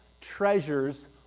treasures